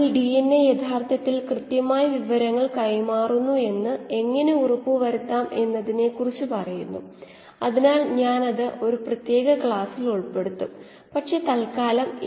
ഉൽപാദനക്ഷമത യഥാർത്ഥത്തിൽ നിർവചിച്ചിരിക്കുന്നത് ആ ആവശ്യത്തിനായിട്ടാണ് ഇത് ഒരു യൂണിറ്റ് സമയത്തിന് ഒരു യൂണിറ്റ് വ്യാപ്തത്തിൽ ഉൽപാദിപ്പിക്കുന്ന അളവാണ്